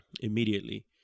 Immediately